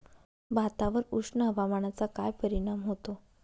भातावर उष्ण हवामानाचा काय परिणाम होतो?